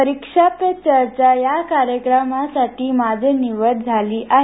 परिक्षा पे चर्चा या कार्यक्रमासाठी माझी निवड झाली आहे